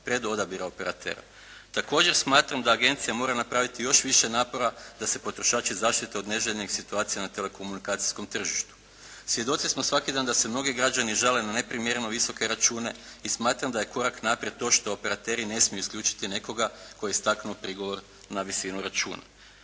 predodabira operatera. Također, smatram da agencije moraju napraviti još više napora da se potrošači zaštite od neželjenih situacija na telekomunikacijskom tržištu. Svjedoci smo svaki dan da se mnogi građani žale na neprimjereno visoke račune i smatram da je korak naprijed to što operateri ne smiju isključiti nekoga tko je istaknuo prigovor na visinu računa.